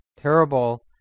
terrible